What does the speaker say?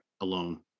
alone